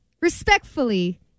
Respectfully